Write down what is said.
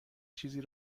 چیزی